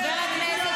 חברת הכנסת